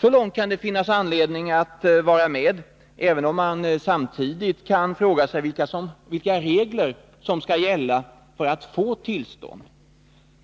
Så långt kan det finnas anledning att vara med, även om man samtidigt kan fråga sig vilka regler som skall gälla för att få tillstånd.